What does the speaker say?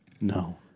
No